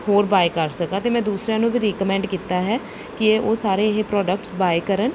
ਹੋਰ ਬਾਏ ਕਰ ਸਕਾਂ ਅਤੇ ਮੈਂ ਦੂਸਰਿਆਂ ਨੂੰ ਵੀ ਰੀਕਮੈਂਡ ਕੀਤਾ ਹੈ ਕਿ ਉਹ ਸਾਰੇ ਇਹ ਪ੍ਰੋਡਕਟਸ ਬਾਏ ਕਰਨ